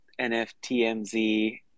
NFTMZ